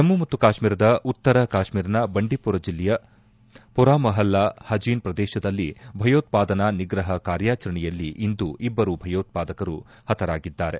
ಜಮ್ನು ಮತ್ತು ಕಾಶ್ನೀರದ ಉತ್ತರ ಕಾಶ್ನೀರನ ಬಂಡಿಪೋರ ಜಿಲ್ಲೆಯ ಪರಾಮೊಹಲ್ಲಾ ಹಜೀನ್ ಪ್ರದೇಶದಲ್ಲಿ ಭಯೋತ್ವಾದನಾ ನಿಗ್ರಹ ಕಾರ್ಯಚರಣೆಯಲ್ಲಿ ಇಂದು ಇಬ್ಲರು ಭಯೋತ್ವಾದಕರು ಪತರಾಗಿದ್ದಾರೆ